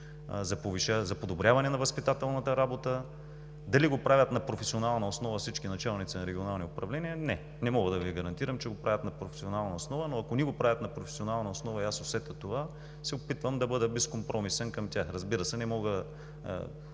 за подобряване на възпитателната работа. Дали го правят на професионална основа всички началници на регионални управления – не. Не мога да Ви гарантирам, че го правят на професионална основа, но ако не го правят на професионална основа и аз усетя това, се опитвам да бъда безкомпромисен към тях. Разбира се, не мога да